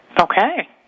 Okay